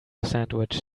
sandwich